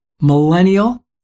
millennial